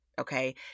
okay